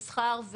מסחר,